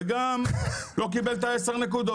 וגם לא קיבל את עשר הנקודות?